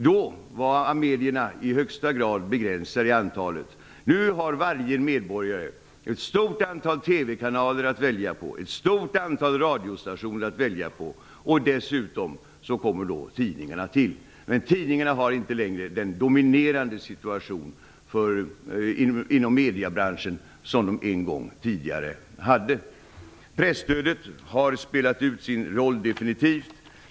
Då var medierna i högsta grad begränsade i antalet. Nu har varje medborgare ett stort antal TV-kanaler och radiostationer att välja på, och dessutom kommer tidningarna till. Men tidningarna har inte längre den dominerande situation inom mediebranschen som de en gång hade. Presstödet har definitivt spelat ut sin roll.